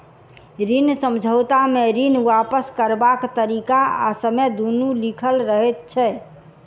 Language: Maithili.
ऋण समझौता मे ऋण वापस करबाक तरीका आ समय दुनू लिखल रहैत छै